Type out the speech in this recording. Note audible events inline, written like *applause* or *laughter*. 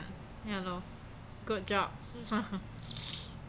ya lor good job *laughs*